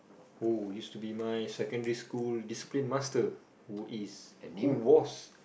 oh used to be my secondary school discipline master who is who was